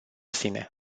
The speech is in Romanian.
sine